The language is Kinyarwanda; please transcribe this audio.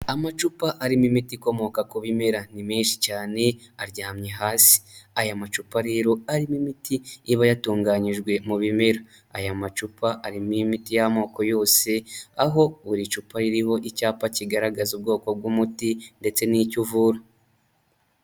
Amacupa arimo imiti ikomoka ku bimera ni menshi cyane aryamye hasi, aya macupa rero riro arimo imiti iba yatunganyijwe mu bimera, aya macupa arimo imiti y'amoko yose aho buri cupa ririho icyapa kigaragaza ubwoko bw'umuti ndetse n'icyo uvura.